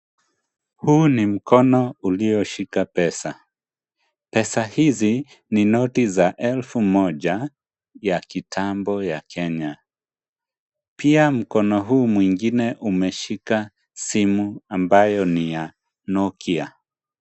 Huu ni mkono ulioshika pesa. Pesa hizi ni noti za elfu moja ya kitambo ya Kenya. Pia mkono huu mwengine umeshika simu ambayo ni ya nokia.